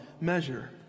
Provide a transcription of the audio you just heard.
measure